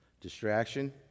Distraction